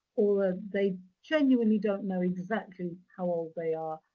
or they genuinely don't know exactly how old they are,